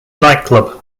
nightclub